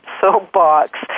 soapbox